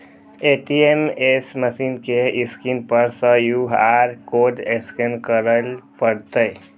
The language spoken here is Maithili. ए.टी.एम मशीन के स्क्रीन पर सं क्यू.आर कोड स्कैन करय पड़तै